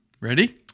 ready